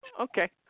Okay